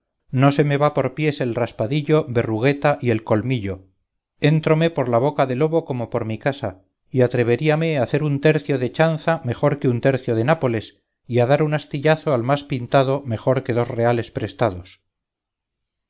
no se me va por pies el raspadillo verrugueta y el colmillo éntrome por la boca de lobo como por mi casa y atreveríame a hacer un tercio de chanza mejor que un tercio de nápoles y a dar un astillazo al más pintado mejor que dos reales prestados